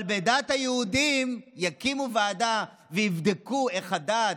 אבל על דת היהודים יקימו ועדה ויבדקו איך הדת,